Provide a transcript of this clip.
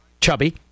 chubby